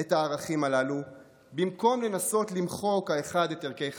את הערכים הללו במקום לנסות למחוק האחד את ערכי חברו.